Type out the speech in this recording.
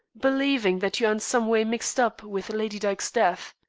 believing that you are in some way mixed up with lady dyke's death.